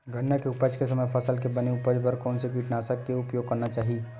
गन्ना के उपज के समय फसल के बने उपज बर कोन से कीटनाशक के उपयोग करना चाहि?